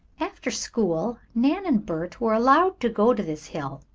after school nan and bert were allowed to go to this hill,